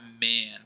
man